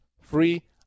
Free